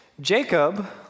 Jacob